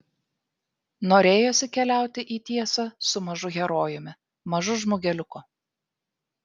norėjosi keliauti į tiesą su mažu herojumi mažu žmogeliuku